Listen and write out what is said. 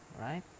right